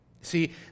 See